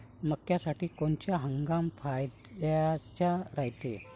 मक्क्यासाठी कोनचा हंगाम फायद्याचा रायते?